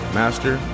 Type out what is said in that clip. master